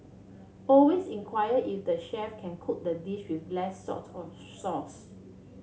always inquire if the chef can cook the dish with less salt or sauce